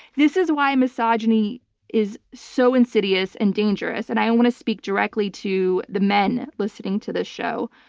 this is why misogyny is so insidious and dangerous and i want to speak directly to the men listening to this show.